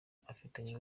afitanye